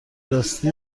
راستی